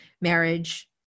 marriage